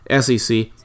SEC